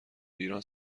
ایران